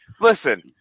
listen